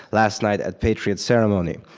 last night at patriot's ceremony.